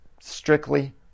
strictly